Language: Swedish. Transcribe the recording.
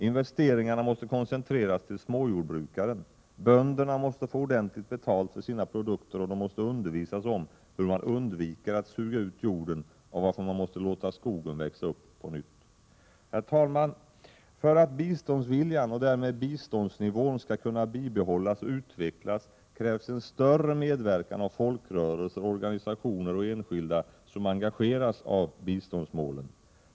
Investeringarna måste koncentreras till småjordbruken, bönderna måste få ordentligt betalt för sina produkter och de måste undervisas om hur man undviker att suga ut jorden och varför man måste låta skogen växa upp på nytt. Herr talman! För att biståndsviljan — och därmed biståndsnivån — skall kunna bibehållas och utvecklas krävs en större medverkan av folkrörelser, organisationer och enskilda som engageras av biståndsmålen.